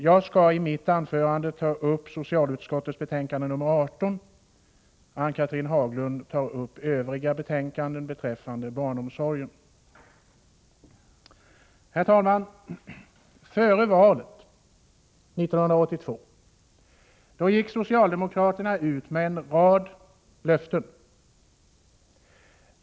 Jag skall i mitt anförande uppehålla mig vid socialutskottets betänkande 18. Ann-Cathrine Haglund kommer att behandla övriga betänkanden om barnomsorgen. Herr talman! Före valet 1982 gick socialdemokraterna ut med en rad löften.